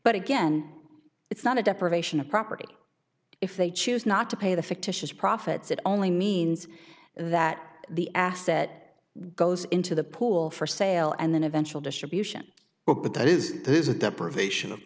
but again it's not a deprivation of property if they choose not to pay the fictitious profits it only means that the asset goes into the pool for sale and then eventual distribution